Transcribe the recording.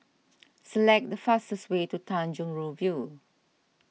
select the fastest way to Tanjong Rhu View